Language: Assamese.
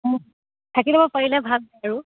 থাকি ল'ব পাৰিলে ভাল আৰু